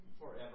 forever